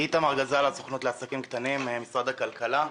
איתמר גזלה, הרשות לעסקים קטנים, משרד הכלכלה.